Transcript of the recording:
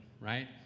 right